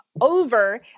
over